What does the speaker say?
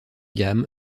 gamme